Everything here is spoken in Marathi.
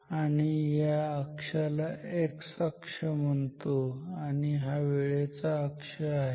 आणि या अक्षाला x अक्ष म्हणतो आणि वेळेचा अक्ष आहे